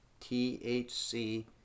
THC